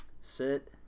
Sit